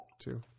two